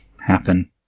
happen